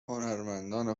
هنرمندان